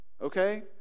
okay